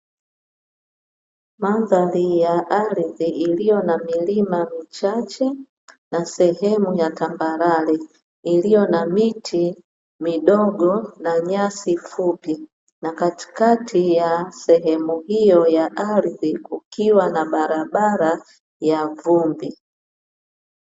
Mandhari ya ardhi iliyo na milima michache na sehemu ya tambarale iliyo na miti midogo na nyasi fupi, na katikati ya sehemu hiyo ya ardhi kukiwa na barabara ya vumbi.